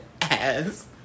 ass